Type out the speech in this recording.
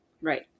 right